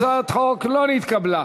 הצעת החוק לא נתקבלה.